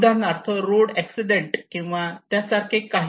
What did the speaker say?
उदाहरणार्थ road accident किंवा त्यासारखे काही